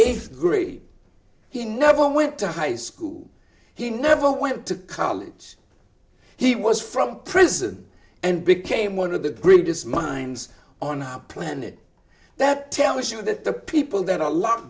eighth grade he never went to high school he never went to college he was from prison and became one of the greatest minds on home planet that tells you that the people that are locked